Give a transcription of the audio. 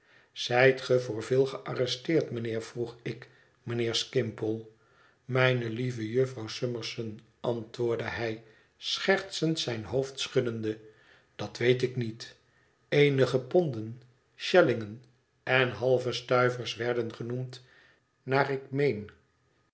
voor veel gearresteerd mijnheer vroeg ik mijnheer skimpole mijne lieve jufvrouw summerson antwoordde hij schertsend zijn hoofd schuddende dat weet ik niet eenige ponden schellingen en halve stuivers werden genoemd naar